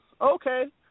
Okay